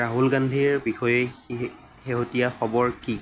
ৰাহুল গান্ধীৰ বিষয়ে শেহতীয়া খবৰ কি